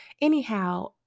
anyhow